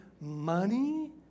money